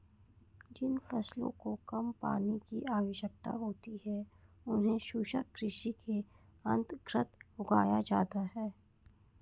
जिन फसलों को कम पानी की आवश्यकता होती है उन्हें शुष्क कृषि के अंतर्गत उगाया जाता है